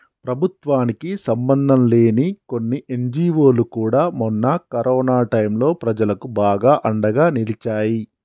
ప్రభుత్వానికి సంబంధంలేని కొన్ని ఎన్జీవోలు కూడా మొన్న కరోనా టైంలో ప్రజలకు బాగా అండగా నిలిచాయి